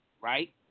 right